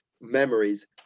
memories